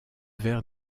verts